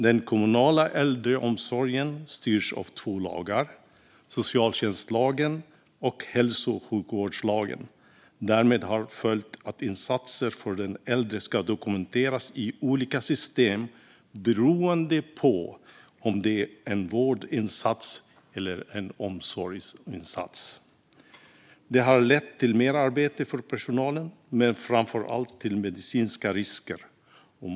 Den kommunala äldreomsorgen styrs av två lagar, socialtjänstlagen och hälso och sjukvårdslagen. Därav har följt att insatser för den äldre ska dokumenteras i olika system beroende på om det är en vårdinsats eller en omsorgsinsats. Detta har lett till merarbete för personalen men framför allt till medicinska risker.